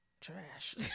trash